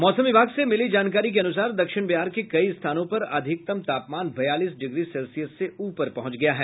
मौसम विभाग से मिली जानकारी के अनुसार दक्षिण बिहार के कई स्थानों पर अधिकतम तापमान बयालीस डिग्री सेल्सियस से ऊपर पहुंच गया है